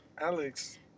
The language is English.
Alex